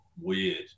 Weird